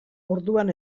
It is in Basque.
orduan